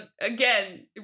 Again